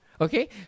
okay